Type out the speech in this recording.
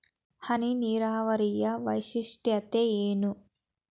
ಹನಿ ನೀರಾವರಿಯ ವೈಶಿಷ್ಟ್ಯತೆ ಏನು?